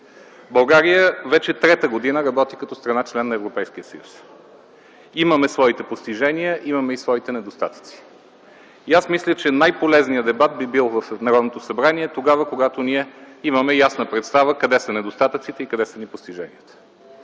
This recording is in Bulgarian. България вече трета година работи като страна – член на Европейския съюз. Имаме своите постижения, имаме и своите недостатъци. Мисля, че най-полезният дебат в Народното събрание би бил тогава, когато имаме ясна представа къде са недостатъците и къде са ни постиженията.